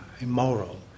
immoral